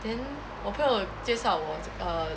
then 我朋友介绍我这 err